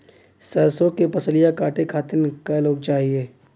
सरसो के फसलिया कांटे खातिन क लोग चाहिए?